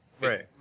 Right